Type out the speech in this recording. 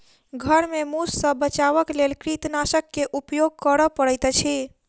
घर में मूस सॅ बचावक लेल कृंतकनाशक के उपयोग करअ पड़ैत अछि